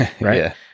Right